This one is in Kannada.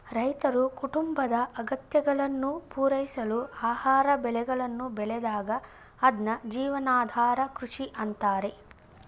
ರೈತರು ಕುಟುಂಬದ ಅಗತ್ಯಗಳನ್ನು ಪೂರೈಸಲು ಆಹಾರ ಬೆಳೆಗಳನ್ನು ಬೆಳೆದಾಗ ಅದ್ನ ಜೀವನಾಧಾರ ಕೃಷಿ ಅಂತಾರೆ